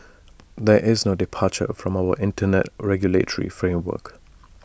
there is no departure from our Internet regulatory framework